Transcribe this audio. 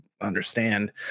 understand